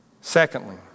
Secondly